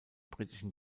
britischen